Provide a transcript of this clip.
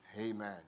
Amen